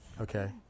Okay